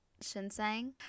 Shinseng